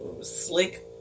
slick